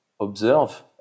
observe